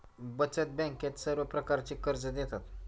बचत बँकेत सर्व प्रकारची कर्जे देतात